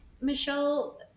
Michelle